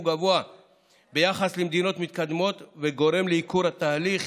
גבוה ביחס למדינות מתקדמות וגורם לייקור תהליך